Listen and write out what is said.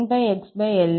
cos𝑛𝜋𝑥lഉം പിന്നെ 𝑙𝜋2ഉം